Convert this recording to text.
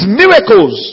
miracles